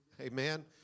Amen